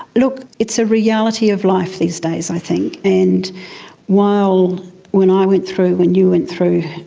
look, it's a reality of life these days i think. and while when i went through, when you went through,